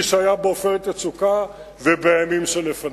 שהיה ב"עופרת יצוקה" ובימים שלפניה.